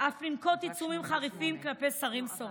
ואף לנקוט עיצומים חריפים כלפי שרים סוררים.